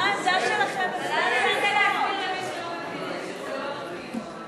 מה העמדה שלכם, להסביר למי שלא מבין, .